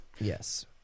Yes